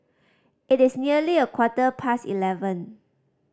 it is nearly a quarter past eleven